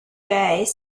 said